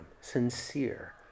Sincere